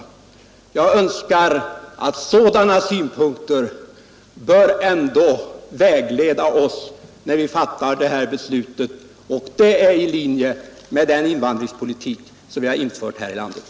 Jag önskar att sådana synpunkter skall vägleda oss när vi fattar detta beslut. De är i linje med den invandringspolitik som vi har infört här i landet.